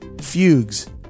fugues